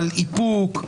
על איפוק.